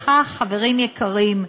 בכך, חברים יקרים,